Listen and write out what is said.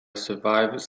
survivors